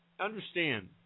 Understand